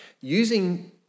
using